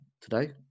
today